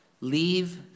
leave